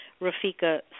Rafika